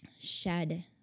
shed